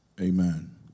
Amen